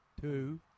Two